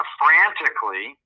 frantically